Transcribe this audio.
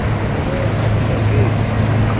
ᱱᱤᱭᱟᱹ ᱟᱥᱮᱯᱟᱥᱮ ᱨᱮᱜᱮ